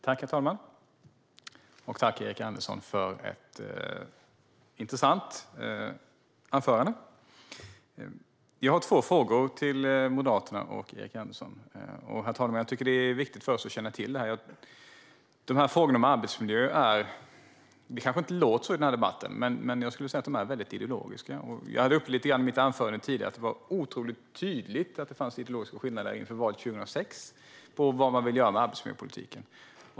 Herr talman! Jag tackar Erik Andersson för ett intressant anförande, och jag har två frågor till Moderaterna och Erik Andersson. Jag tycker att det är viktigt att känna till att dessa frågor om arbetsmiljö är mycket ideologiska, även om det kanske inte låter så i denna debatt. I mitt anförande tidigare sa jag att det var otroligt tydligt att det fanns ideologiska skillnader inför valet 2006 i fråga om vad man ville göra med arbetsmiljöpolitiken.